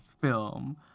film